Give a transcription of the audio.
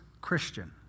Christian